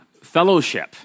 fellowship